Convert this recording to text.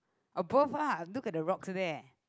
above ah look at the rocks there